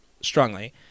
strongly